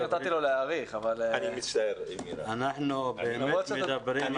אנחנו מדברים על